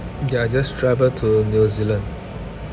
they are just travel to new zealand